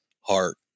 heart